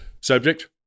subject